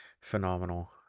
Phenomenal